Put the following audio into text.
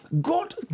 God